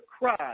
cry